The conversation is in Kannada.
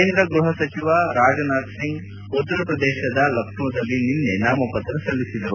ಕೇಂದ್ರ ಗೃಹಸಚಿವ ರಾಜನಾಥ್ ಸಿಂಗ್ ಉತ್ತರ ಪ್ರದೇಶದ ಲಖ್ನೋದಲ್ಲಿ ನಿನ್ನೆ ನಾಮಪತ್ರ ಸಲ್ಲಿಸಿದರು